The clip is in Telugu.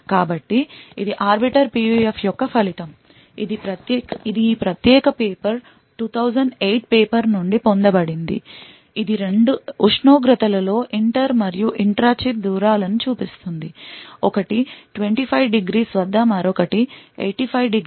కాబట్టి ఇది ఆర్బిటర్ PUF యొక్క ఫలితం ఇది ఈ ప్రత్యేక పేపర్ 2008 పేపర్ నుండి పొందబడింది ఇది రెండు ఉష్ణోగ్రతలలో ఇంటర్ మరియు ఇంట్రా చిప్ దూరాల ను చూపిస్తుంది ఒకటి 25 ° వద్ద మరియు మరొకటి 85 °